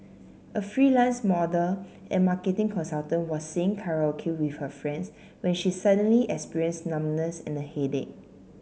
a freelance model and marketing consultant was singing karaoke with her friends when she suddenly experienced numbness and a headache